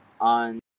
On